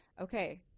Okay